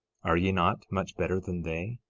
are ye not much better than they?